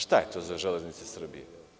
Šta je to za „Železnice“ Srbije?